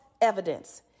evidence